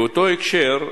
באותו הקשר,